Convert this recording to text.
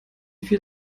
vier